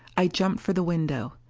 i jumped for the window.